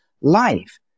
life